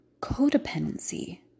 codependency